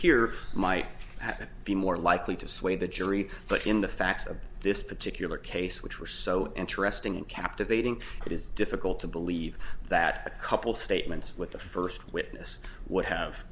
here might be more likely to sway the jury but in the facts of this particular case which were so interesting and captivating it is difficult to believe that couple statements with the first witness would have